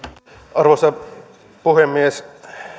arvoisa puhemies